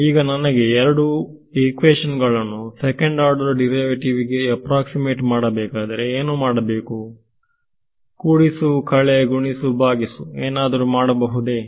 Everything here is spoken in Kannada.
ಈಗ ನನಗೆ ಈ ಎರಡು ಈಕ್ವೇಶನ್ ಗಳನ್ನು ಸೆಕೆಂಡ್ ಆರ್ಡರ್ ಡಿರೈವೇಟಿವ್ಗೆ ಎಪ್ರಾಕ್ಸಿ ಮೇಟ್ ಮಾಡಬೇಕಾದರೆ ಏನು ಮಾಡಬೇಕು ಕೂಡಿಸು ಕಳೆ ಗುಣಿಸು ಭಾಗಿಸು ಏನಾದರೂ ಮಾಡಬಹುದೇ